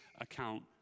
account